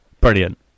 brilliant